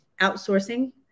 outsourcing